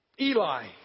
Eli